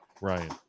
ryan